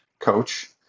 coach